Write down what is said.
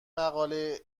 مقاله